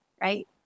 right